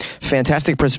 Fantastic